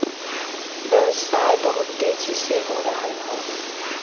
व्यवसाय बहुत तेजी से हो रहल हौ